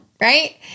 right